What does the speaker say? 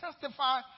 testify